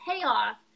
payoff